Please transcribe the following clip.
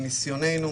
מניסיוננו,